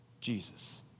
Jesus